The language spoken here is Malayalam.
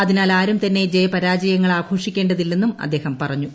അതിനാൽ ആരും തന്നെ ജയപരാജയങ്ങൾ ആഘോഷിക്കേണ്ടതില്ലെന്നും അദ്ദേഹം പറഞ്ഞു